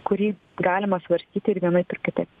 kurį galima svarstyti ir vienaip ir kitaip